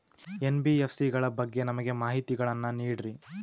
NBFC ಗಳ ಬಗ್ಗೆ ನಮಗೆ ಮಾಹಿತಿಗಳನ್ನ ನೀಡ್ರಿ?